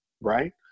right